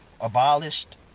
abolished